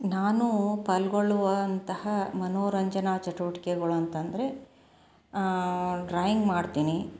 ನಾನು ಪಾಲ್ಗೊಳ್ಳುವಂತಹ ಮನೋರಂಜನಾ ಚಟುವಟಿಕೆಗಳು ಅಂತಂದರೆ ಡ್ರಾಯಿಂಗ್ ಮಾಡ್ತೀನಿ